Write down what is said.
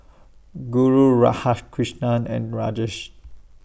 Guru Radhakrishnan and Rajesh